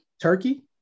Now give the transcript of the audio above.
turkey